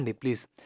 please